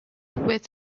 with